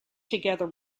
together